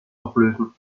auflösen